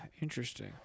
interesting